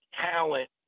Talent